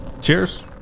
Cheers